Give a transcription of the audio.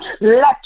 let